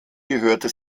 gehörte